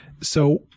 so-